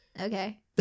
Okay